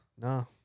No